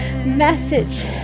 message